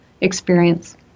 experience